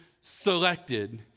selected